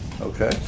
Okay